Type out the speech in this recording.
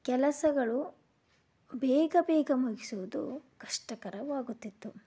ಕೆಲಸಗಳು ಬೇಗ ಬೇಗ ಮುಗಿಸುವುದು ಕಷ್ಟಕರವಾಗುತ್ತಿತ್ತು